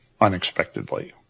unexpectedly